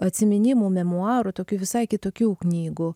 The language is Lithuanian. atsiminimų memuarų tokių visai kitokių knygų